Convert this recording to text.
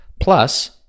Plus